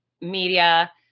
media